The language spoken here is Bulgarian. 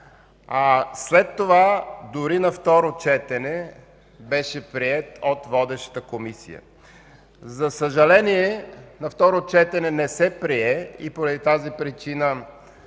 след това дори на второ четене беше приет от водещата комисия. За съжаление, на второ четене не се прие и поради тази причина